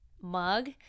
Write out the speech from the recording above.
mug